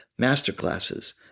masterclasses